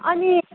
अनि